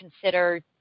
consider